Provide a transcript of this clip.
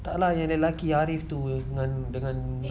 tak lah yang lelaki yang arif tu dengan dengan